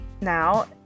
now